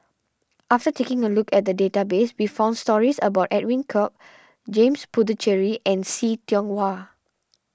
after taking a look at the database we found stories about Edwin Koek James Puthucheary and See Tiong Wah